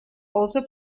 also